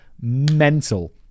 mental